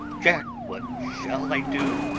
jack! what shall i do!